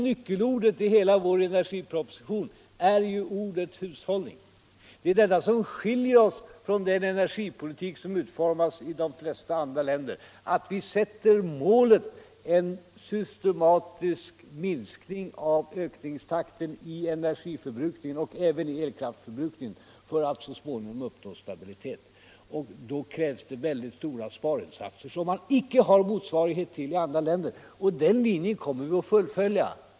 Nyckelordet i hela vår energiproposition är ordet hushållning. Det är det som skiljer vår energipolitik från den energipolitik som utformas i de flesta andra länder. Vårt mål är en systematisk minskning av ökningstakten i energiförbrukningen och även i elkraftsförbrukningen för att så småningom uppnå stabilitet. Då krävs det mycket stora sparinsatser, som man icke har någon motsvarighet till i andra länder. Den linjen kommer vi att fullfölja.